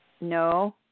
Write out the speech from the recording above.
No